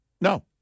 No